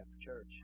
church